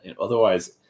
otherwise